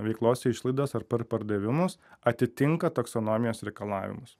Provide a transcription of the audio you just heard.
veiklos išlaidas ar per pardavimus atitinka taksonomijos reikalavimus